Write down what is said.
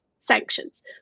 sanctions